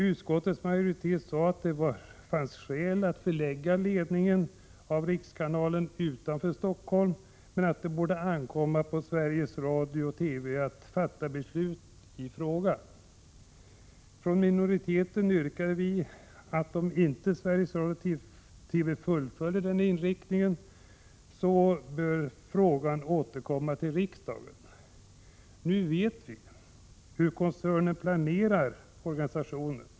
Utskottets majoritet sade att det fanns skäl att förlägga ledningen av rikskanalen utanför Stockholm men att det borde ankomma på Sveriges Radio TV fullföljer denna inriktning, skulle frågan återkomma till riksdagen. Nu vet vi hur koncernen planerar organisationen.